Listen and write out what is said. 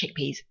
chickpeas